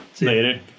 Later